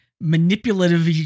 manipulative